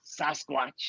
Sasquatch